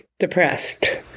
depressed